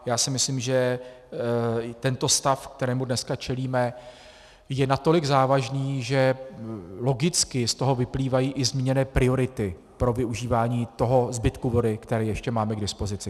Já si myslím, že tento stav, kterému dneska čelíme, je natolik závažný, že logicky z toho vyplývají i zmíněné priority pro využívání toho zbytku vody, který ještě máme k dispozici.